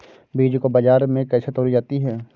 बीज को बाजार में कैसे तौली जाती है?